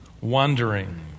wandering